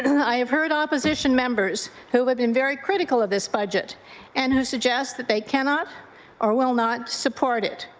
i have heard opposition members who have been very critical of this budget and who suggest that they cannot or will not support it.